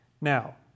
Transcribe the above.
now